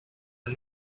are